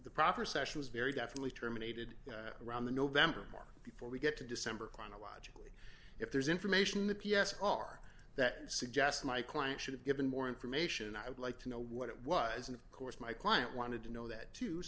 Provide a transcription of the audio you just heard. the proper session is very definitely terminated around the november mark before we get to december chronologically if there's information the p s r that would suggest my client should have given more information i would like to know what it was and of course my client wanted to know that too